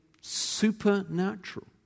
supernatural